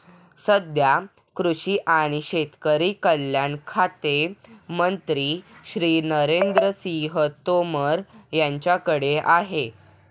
सध्या कृषी आणि शेतकरी कल्याण खाते मंत्री श्री नरेंद्र सिंह तोमर यांच्याकडे आहे